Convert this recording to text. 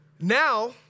Now